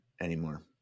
anymore